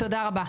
תודה רבה.